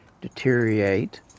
deteriorate